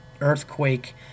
earthquake